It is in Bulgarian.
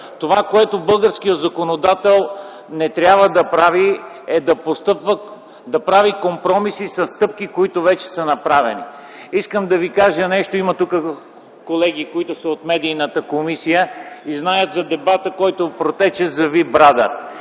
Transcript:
Това, което българският законодател не трябва да прави, е да не прави компромиси със стъпки, които вече се направени. Искам да Ви кажа нещо – има тук колеги, които са от Медийната комисия и знаят за дебата, който протече за „ВИП брадър”.